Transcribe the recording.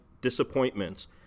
disappointments